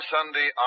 Sunday